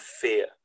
fear